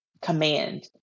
command